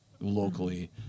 locally